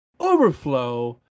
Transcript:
overflow